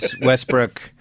Westbrook